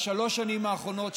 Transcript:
משלוש השנים האחרונות,